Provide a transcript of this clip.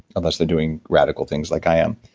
unless they're doing radical things like i am